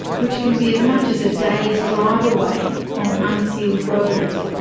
which can be as much as a day's drive away on unsealed roads.